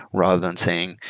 rather than saying,